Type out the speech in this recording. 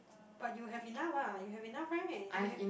but you have enough what you have enough right you have